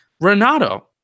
Renato